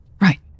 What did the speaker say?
right